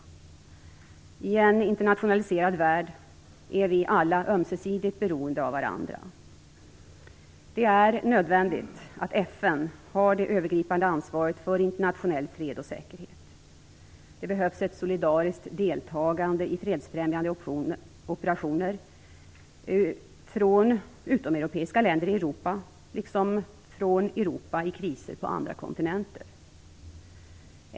I en internationaliserad värld är vi alla ömsesidigt beroende av varandra. Det är nödvändigt att FN har det övergripande ansvaret för internationell fred och säkerhet. Det behövs ett solidariskt deltagande i fredsfrämjande operationer, från utomeuropeiska länder i Europa, liksom från Europa i kriser på andra kontinenter.